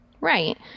Right